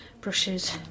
brushes